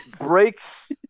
breaks